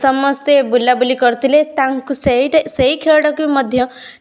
ସମସ୍ତେ ବୁଲାବୁଲି କରିଥିଲେ ତାଙ୍କୁ ସେଇଟା ସେଇ ଖେଳଟାକୁ ବି ମଧ୍ୟ